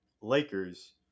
lakers